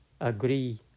agree